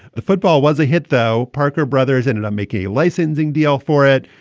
the football was a hit, though. parker brothers ended up making a licensing deal for it,